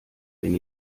wenn